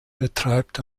betreibt